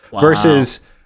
Versus